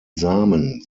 samen